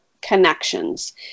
connections